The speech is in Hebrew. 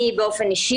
אני באופן אישי,